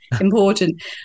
important